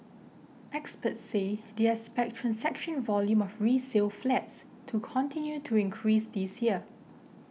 experts say they expect transaction volume of resale flats to continue to increase this year